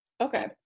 okay